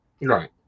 Right